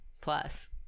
plus